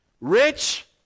rich